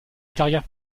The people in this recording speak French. carrière